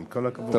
עם כל הכבוד.